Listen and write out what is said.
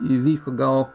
įvyko gal